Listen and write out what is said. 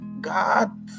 God